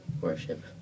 worship